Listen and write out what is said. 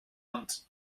ond